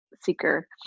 seeker